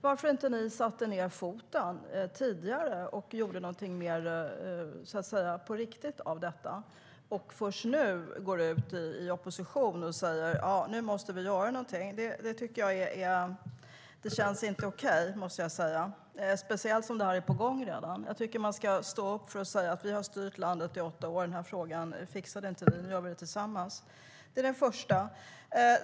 Varför satte ni inte ned foten tidigare och gjorde någonting riktigt av det? Först nu när ni är i opposition går ni ut och säger att nu måste det göras någonting. Det känns inte okej, måste jag säga, speciellt som det redan är på gång. Jag tycker att man ska stå för att man styrt landet i åtta år men inte fixat den här frågan och säga att nu gör vi det tillsammans. Det var det första.